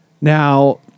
Now